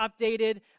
updated